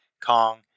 Kong